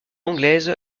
anglaise